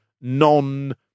non